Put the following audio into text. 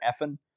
Effin